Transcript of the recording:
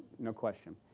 no question.